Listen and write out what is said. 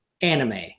anime